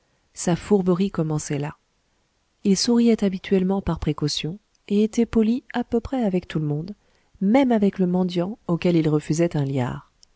sa fourberie commençait là il souriait habituellement par précaution et était poli à peu près avec tout le monde même avec le mendiant auquel il refusait un liard